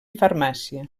farmàcia